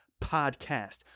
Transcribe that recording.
podcast